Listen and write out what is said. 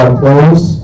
close